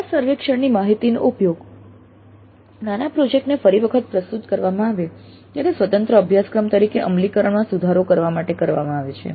નિકાસ સર્વેક્ષણની માહિતીનો ઉપયોગ નાના પ્રોજેક્ટ ને ફરી વખત પ્રસ્તુત કરવામાં આવે ત્યારે સ્વતંત્ર અભ્યાસક્રમ તરીકે અમલીકરણમાં સુધારો કરવા માટે કરવામાં આવે છે